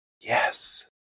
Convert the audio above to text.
Yes